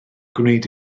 gwneud